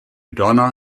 donna